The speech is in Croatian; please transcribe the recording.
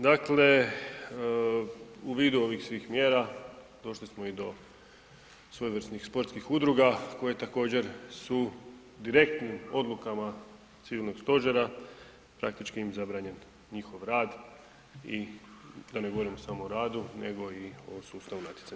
Dakle, u vidu ovih svih mjera došli smo i do svojevrsnih sportskih udruga koje također su direktnim odlukama civilnog stožera praktički im zabranjen njihov rad i da ne govorimo samo o radu nego i o sustavu natjecanja.